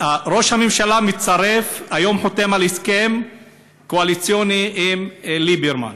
ראש הממשלה חותם היום על הסכם קואליציוני עם ליברמן,